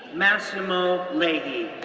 massimo lahey,